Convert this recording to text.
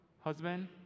husband